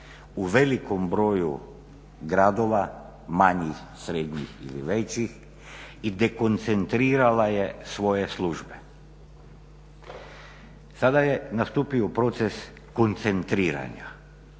u velikom broju gradova, manjih, srednjih ili većih i dekoncentrirala je svoje službe. Sada je nastupio proces koncentriranja.